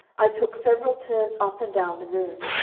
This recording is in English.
i took several turns up and down the room.